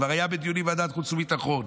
כבר היה בדיונים בוועדת החוץ והביטחון.